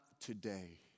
today